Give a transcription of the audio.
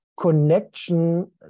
connection